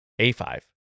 A5